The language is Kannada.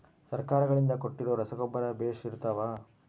ಸರ್ಕಾರಗಳಿಂದ ಕೊಟ್ಟಿರೊ ರಸಗೊಬ್ಬರ ಬೇಷ್ ಇರುತ್ತವಾ?